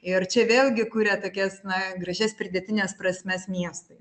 ir čia vėlgi kuria tokias na gražias pridėtines prasmes miestui